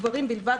גברים בלבד,